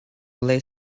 lay